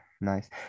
nice